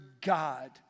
God